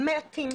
מעטים,